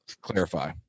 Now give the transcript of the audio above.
clarify